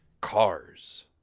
Cars